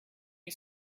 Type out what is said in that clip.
you